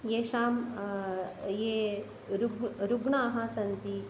येषां ये ऋग्णाः ऋग्णाः सन्ति